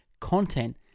content